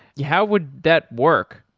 yeah how would that work?